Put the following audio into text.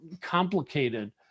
complicated